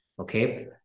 Okay